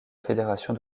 fédération